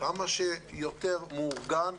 וכמה שיותר מאורגן.